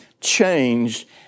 changed